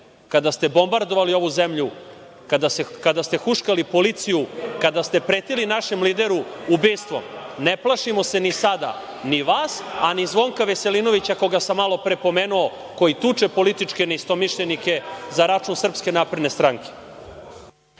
kada ste bombardovali ovu zemlju, kada ste huškali policiju, kada ste pretili našem lideru ubistvom, a ne plašimo se ni sada, ni vas, a ni Zvonka Veselinovića koga sam malopre pomenuo, koji tuče političke neistomišljenike za račun SNS. **Veroljub